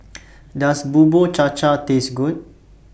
Does Bubur Cha Cha Taste Good